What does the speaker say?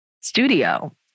studio